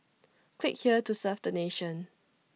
click here to serve the nation